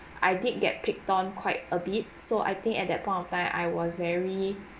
I did get picked on quite a bit so I think at that point of time I was very